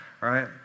right